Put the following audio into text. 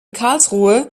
karlsruhe